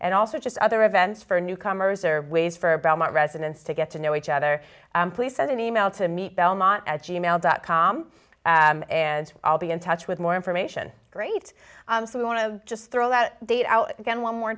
and also just other events for newcomers or ways for belmont residents to get to know each other please send an email to meet belmont at g mail dot com and i'll be in touch with more information great so we want to just throw that date out again one more